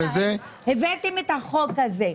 הבאתם את החוק הזה.